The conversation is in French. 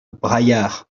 braillard